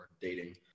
dating